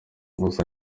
gusa